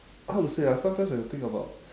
how to say ah sometimes when you think about